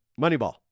Moneyball